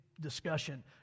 discussion